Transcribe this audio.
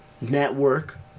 network